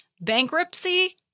Bankruptcy